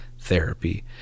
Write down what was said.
therapy